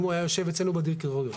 אם הוא היה יושב אצלנו בדירקטוריון,